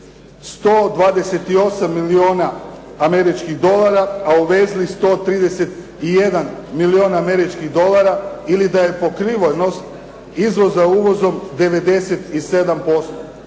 128 milijuna američkih dolara a uvezli 131 milijun američkih dolara ili da je pokrivenost izvoza uvozom 97%.